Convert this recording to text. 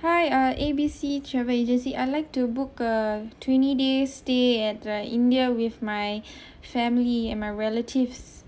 hi uh A B C travel agency I'd like to book a twenty day stay the india with my family and my relatives